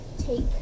Take